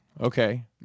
Okay